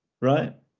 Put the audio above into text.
right